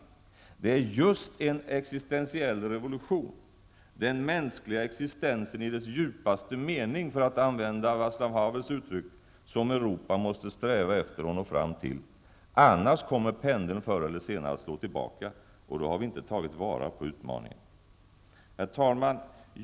Det är just en ''existentiell revolution'', ''den mänskliga existensen i dess djupaste mening'', för att använda Vaclav Havels uttryck, som Europa måste sträva efter att nå fram till. Annars kommer pendeln förr eller senare att slå tillbaka, och då har vi inte tagit vara på utmaningen. Herr talman!